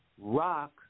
rock